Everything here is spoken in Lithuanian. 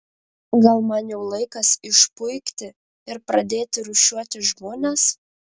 gal man jau laikas išpuikti ir pradėti rūšiuoti žmones